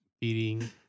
beating